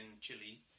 Chile